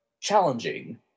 challenging